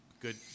good